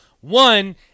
One